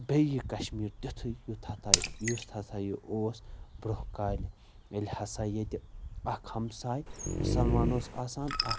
بیٚیہِ یہِ کشمیٖر تِتھُے یُس یُس ہسا یہِ اوس برٛونہہ کالہِ ییٚلہِ ہسا ییٚتہِ اکھ ہمساے مسلمان اوس آسان اکھ